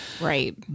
right